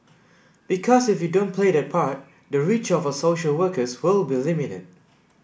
because if we don't play that part the reach of our social workers will be limited